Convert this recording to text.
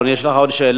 אדוני, יש לך עוד שאלה?